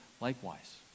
likewise